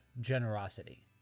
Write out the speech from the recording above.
generosity